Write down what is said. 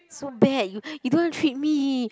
so bad you you don't want treat me